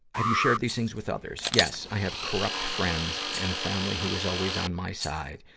have you shared these things with others? yes. i have corrupt friends and a family who is always on my side.